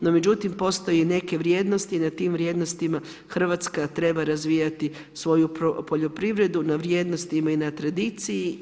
No međutim postoje neke vrijednosti i na tim vrijednostima Hrvatska treba razvijati svoju poljoprivredu na vrijednostima i na tradiciji.